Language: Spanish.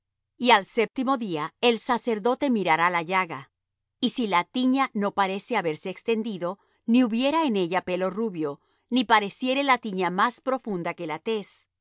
y al séptimo día el sacerdote mirará la llaga y si la tiña no pareciere haberse extendido ni hubiere en ella pelo rubio ni pareciere la tiña más profunda que la tez